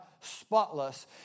spotless